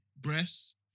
breasts